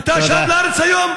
אתה שב לארץ היום?